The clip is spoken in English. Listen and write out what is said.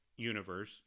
universe